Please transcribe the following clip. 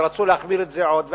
ורצו להחמיר את זה עוד.